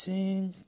Sing